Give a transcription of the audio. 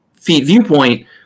viewpoint